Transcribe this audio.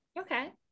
okay